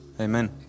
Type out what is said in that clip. Amen